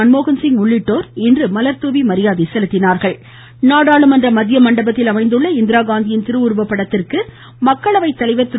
மன்மோகன்சிங் உள்ளிட்டோர் இன்று மலர்தாவி மரியாதை செலுத்தினார்கள் நாடாளுமன்ற மத்திய மண்டபத்தில் அமைந்துள்ள இந்திராகாந்தியின் திருவுருவப்படத்திற்கு மக்களவை தலைவர் திரு